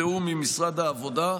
בתיאום עם משרד העבודה.